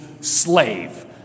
slave